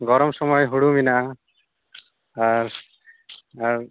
ᱜᱚᱨᱚᱢ ᱥᱚᱢᱚᱭ ᱦᱩᱲᱩ ᱢᱮᱱᱟᱜᱼᱟ ᱟᱨ ᱟᱨ